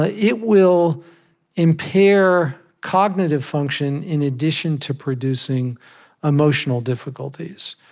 ah it will impair cognitive function in addition to producing emotional difficulties.